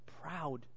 proud